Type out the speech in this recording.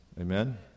amen